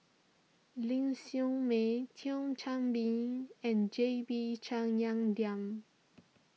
Ling Siew May Thio Chan Bee and J B